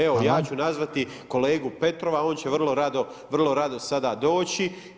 Evo, ja ću nazvati kolegu Petrova, on će vrlo rado sada doći.